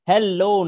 Hello